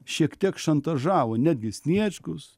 šiek tiek šantažavo netgi sniečkus